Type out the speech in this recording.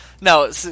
No